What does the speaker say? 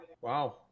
Wow